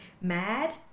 mad